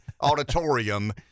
auditorium